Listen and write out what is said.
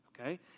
okay